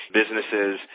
businesses